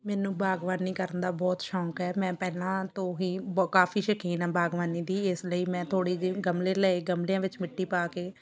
ਮੈਨੂੰ ਬਾਗ਼ਬਾਨੀ ਕਰਨ ਦਾ ਬਹੁਤ ਸ਼ੌਕ ਹੈ ਮੈਂ ਪਹਿਲਾਂ ਤੋਂ ਹੀ ਬ ਕਾਫ਼ੀ ਸ਼ੌਕੀਨ ਹਾਂ ਬਾਗ਼ਬਾਨੀ ਦੀ ਇਸ ਲਈ ਮੈਂ ਥੋੜ੍ਹੇ ਜਿਹੇ ਗਮਲੇ ਲਏ ਗਮਲਿਆਂ ਵਿੱਚ ਮਿੱਟੀ ਪਾ ਕੇ